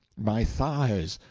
my thighs,